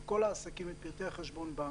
של כל העסקים עם פרטי חשבון הבנק,